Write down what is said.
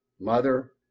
mother